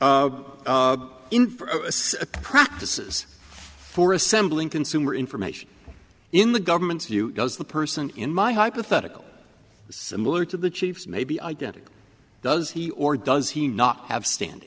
of practices for assembling consumer information in the government's view does the person in my hypothetical similar to the chiefs may be identical does he or does he not have stand